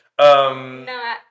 No